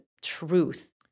truth